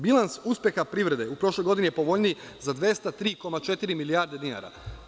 Bilans uspeha privrede u prošloj godini je povoljniji za 203,4 milijarde dinara.